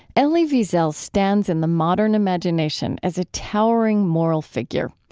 elie wiesel stands in the modern imagination as a towering moral figure.